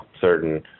certain